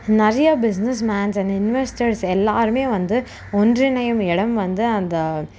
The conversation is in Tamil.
நிறையா பிஸ்னஸ் மேன்ஸ் அண்ட் இன்வெஸ்டர்ஸ் எல்லாரும் வந்து ஒன்றிணையும் இடம் வந்து அந்த